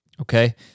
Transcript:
Okay